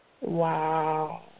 Wow